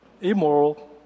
immoral